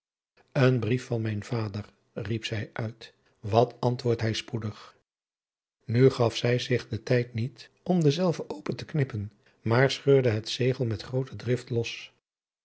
een brief van mijn vader riep zij uit wat antwoordt hij spoedig nu gaf zij zich den tijd niet om denzelven open te knippen maar scheurde het zegel met groote drift los